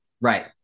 Right